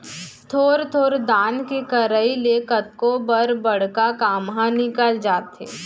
थोर थोर दान के करई ले कतको बर बड़का काम ह निकल जाथे